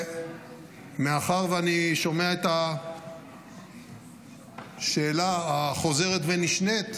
מאחר שאני שומע את השאלה החוזרת ונשנית,